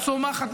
צומחת,